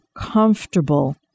comfortable